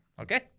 Okay